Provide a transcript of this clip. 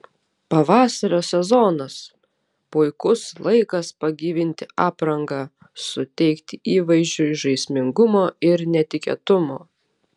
pavasario sezonas puikus laikas pagyvinti aprangą suteikti įvaizdžiui žaismingumo ir netikėtumo